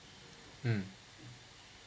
mm